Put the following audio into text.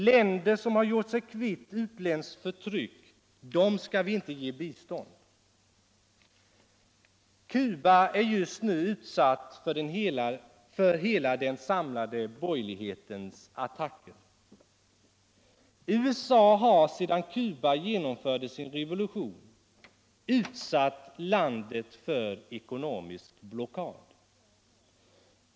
Länder som har giort sig kvitt utländskt förtryck skall vi inte ge bistånd. Cuba är just nu utsatt för hela den samlade borgerlighetens attacker. USA har sedan Cuba genomförde sin revolution utsatt landet för ckonomisk blockad.